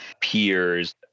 peers